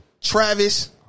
Travis